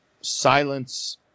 silence